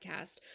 podcast